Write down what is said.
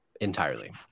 entirely